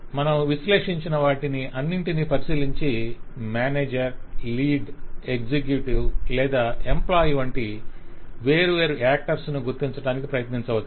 మనం విశ్లేషించిన వాటిని అన్నింటినీ పరిశీలించి మేనేజర్ లీడ్ ఎగ్జిక్యూటివ్ లేదా ఎంప్లాయ్ వంటి వేర్వేరు యాక్టర్స్ నను గుర్తించడానికి ప్రయత్నించవచ్చు